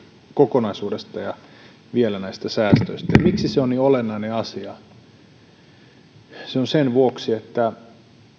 kokonaisuudesta ja vielä näistä säästöistä miksi se on niin olennainen asia sen vuoksi että